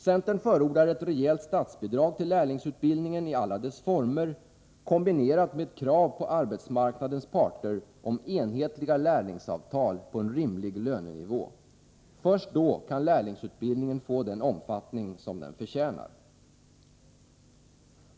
Centern förordar ett rejält statsbidrag till lärlingsutbildningen i alla dess former, kombinerat med ett krav på arbetsmarknadens parter om enhetliga lärlingsavtal på en rimlig lönenivå. Först då kan lärlingsutbildningen få den omfattning som den förtjänar.